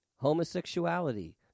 homosexuality